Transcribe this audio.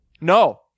No